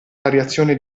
variazione